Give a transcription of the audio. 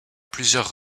plusieurs